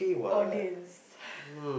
audience